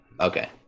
okay